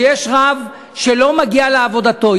שיש רב שלא מגיע לעבודתו,